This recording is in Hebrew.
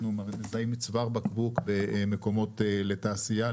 אנחנו מזהים צוואר בקבוק במקומות לתעשייה,